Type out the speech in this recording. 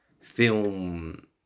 film